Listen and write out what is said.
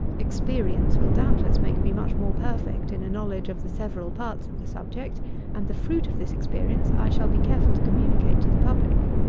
experience will, doubtless, make me much more perfect in a knowledge of the several parts of the subject and the fruit of this experience i shall be careful to communicate to the public.